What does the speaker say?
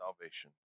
salvation